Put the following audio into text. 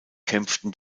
kämpften